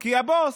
כי הבוס,